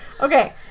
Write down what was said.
Okay